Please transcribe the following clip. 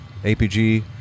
APG